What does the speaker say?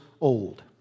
old